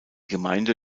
gemeinde